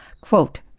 Quote